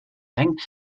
ang